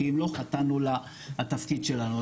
כי אם לא, חטאנו לתפקיד שלנו.